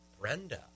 Brenda